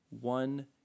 one